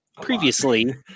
previously